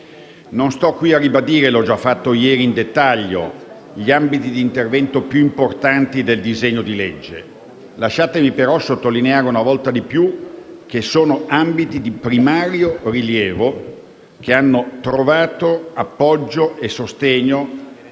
Non sto qui a ribadire - l’ho già fatto ieri in dettaglio - gli ambiti di intervento più importanti del disegno di legge. Lasciatemi però sottolineare una volta di più che sono ambiti di primario rilievo che hanno trovato appoggio e sostegno